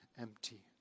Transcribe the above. empty